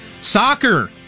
Soccer